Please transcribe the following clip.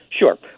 Sure